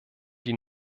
die